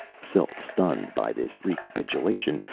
self-stunned by this recapitulation,